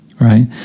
right